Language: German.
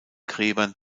gräbern